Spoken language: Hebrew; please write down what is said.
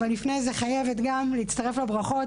אבל לפני זה אני חייבת להצטרף לברכות.